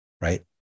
right